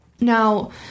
Now